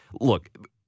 look